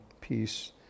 peace